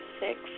six